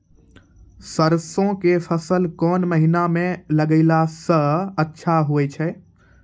सरसों के फसल कोन महिना म लगैला सऽ अच्छा होय छै?